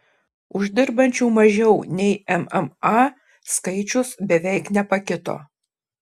uždirbančių mažiau nei mma skaičius beveik nepakito